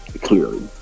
clearly